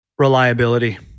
reliability